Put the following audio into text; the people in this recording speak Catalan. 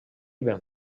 ben